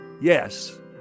yes